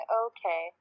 okay